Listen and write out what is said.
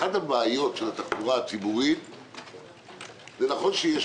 זה נכון שיש פערים בתחבורה ציבורית אבל